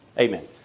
Amen